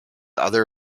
other